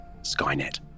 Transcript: Skynet